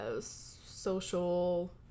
social